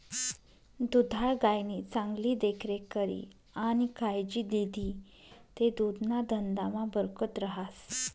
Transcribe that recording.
दुधाळ गायनी चांगली देखरेख करी आणि कायजी लिदी ते दुधना धंदामा बरकत रहास